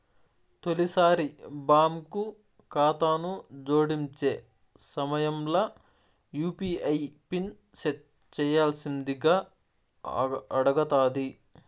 తొలిసారి బాంకు కాతాను జోడించే సమయంల యూ.పీ.ఐ పిన్ సెట్ చేయ్యాల్సిందింగా అడగతాది